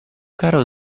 caro